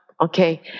Okay